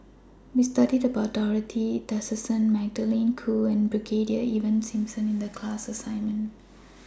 We studied about Dorothy Tessensohn Magdalene Khoo and Brigadier Ivan Simson in The class assignment